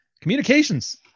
Communications